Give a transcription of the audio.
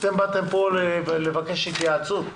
באתם לבקש התייעצות.